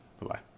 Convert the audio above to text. Bye-bye